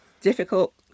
difficult